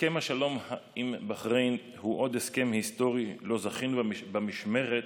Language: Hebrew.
הסכם השלום עם בחריין הוא עוד הסכם היסטורי שזכינו לו במשמרת